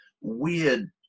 weird